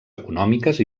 econòmiques